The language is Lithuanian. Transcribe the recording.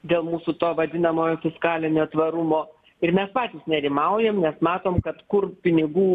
dėl mūsų to vadinamojo fiskalinio tvarumo ir mes patys nerimaujam nes matom kad kur pinigų